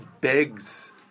begs